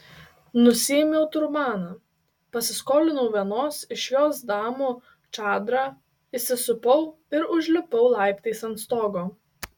nusiėmiau turbaną pasiskolinau vienos iš jos damų čadrą įsisupau ir užlipau laiptais ant stogo